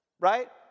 right